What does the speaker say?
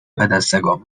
پدسگا